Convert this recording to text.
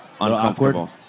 Uncomfortable